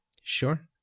Sure